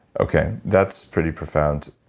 okay that's pretty profound.